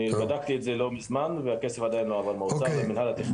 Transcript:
אני בדקתי את זה לא ממזמן והכסף עדיין לא עבר מהאוצר למינהל התכנון.